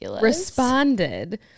responded